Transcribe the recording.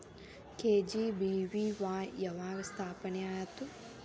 KGBVY ಯಾವಾಗ ಸ್ಥಾಪನೆ ಆತು?